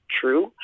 true